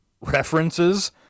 references